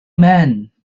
man